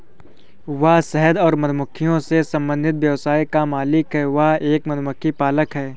वह शहद और मधुमक्खियों से संबंधित व्यवसाय का मालिक है, वह एक मधुमक्खी पालक है